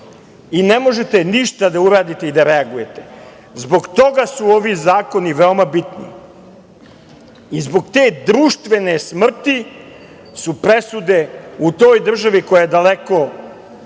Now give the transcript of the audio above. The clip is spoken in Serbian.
i ne možete ništa da uradite, ni da reagujete. Zbog toga su ovi zakoni veoma bitni i zbog te društvene smrti su presude u toj državi, koja je daleko